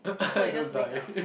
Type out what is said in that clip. so you just wake up